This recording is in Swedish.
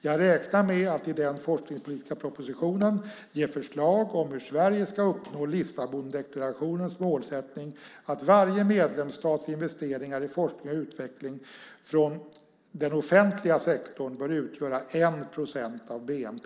Jag räknar med att i den forskningspolitiska propositionen ge förslag om hur Sverige ska uppnå Lissabondeklarationens målsättning att varje medlemsstats investeringar i forskning och utveckling från den offentliga sektorn bör utgöra 1 procent av bnp.